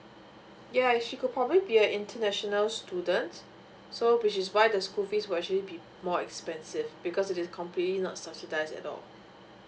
ya she could probably be a international students so which is why the school fees will actually be more expensive because it is completely not subsidise at all